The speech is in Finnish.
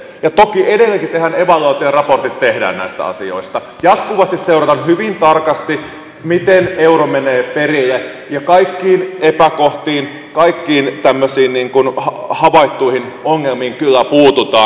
toki edelleenkin tehdään evaluointia ja raportit tehdään näistä asioista jatkuvasti seurataan hyvin tarkasti miten euro menee perille ja kaikkiin epäkohtiin kaikkiin tämmöisiin havaittuihin ongelmiin kyllä puututaan